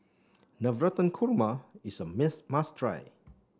Navratan Korma is a miss must try